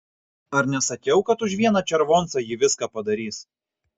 ar nesakiau kad už vieną červoncą ji viską padarys